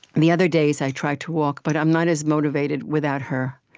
the other days, i try to walk, but i'm not as motivated without her